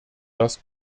das